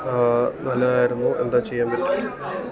നല്ലതാരുന്നു എന്താ ചെയ്യേണ്ടത്